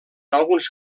alguns